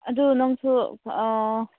ꯑꯗꯨ ꯅꯪꯁꯨ ꯑꯥ